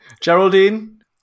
Geraldine